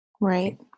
Right